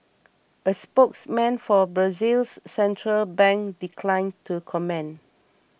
a spokesman for Brazil's central bank declined to comment